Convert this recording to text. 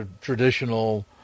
traditional